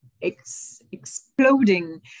exploding